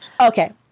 Okay